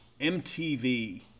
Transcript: mtv